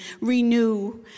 renew